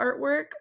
artwork